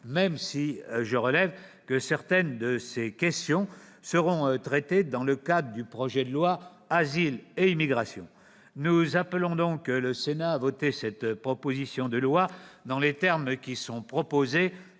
même si je relève que certaines de ces questions seront traitées dans le cadre du projet de loi Asile et immigration. Nous appelons donc la Haute Assemblée à voter cette proposition de loi dans les termes qui sont proposés